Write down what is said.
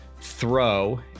throw